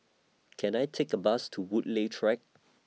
Can I Take A Bus to Woodleigh Track